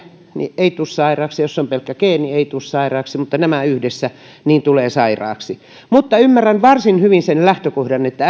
niin ei tule sairaaksi jos on pelkkä geeni ei tule sairaaksi mutta kun on nämä yhdessä niin tulee sairaaksi ymmärrän varsin hyvin sen lähtökohdan että